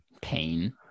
Pain